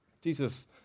Jesus